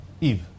Eve